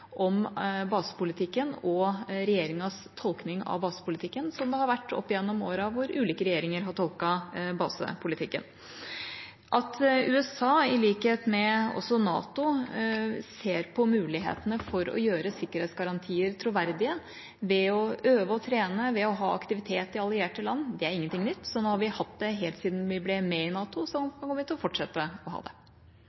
om basepolitikken og regjeringas tolkning av basepolitikken, slik det har vært opp gjennom årene, da ulike regjeringer har tolket basepolitikken. At USA, i likhet med NATO, ser på mulighetene for å gjøre sikkerhetsgarantier troverdige ved å øve og trene og ved å ha aktivitet i allierte land, er ikke noe nytt. Slik har vi hatt det helt siden vi ble med i NATO,